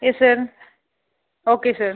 yes sir okay sir